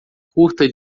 curta